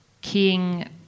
King